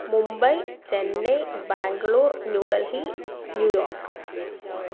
Mumbai Chennai Bangalore New Delhi New York